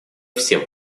всем